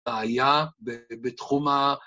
בעיה בתחום ה...